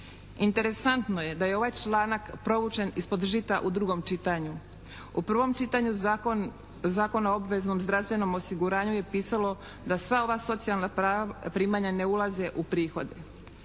Interesantno je da je ovaj članak proučen ispod žita u drugom čitanju. U prvom čitanju Zakona o obveznom zdravstvenom osiguranju je pisalo da sva ova socijalna primanja ne ulaze u prihode.